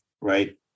right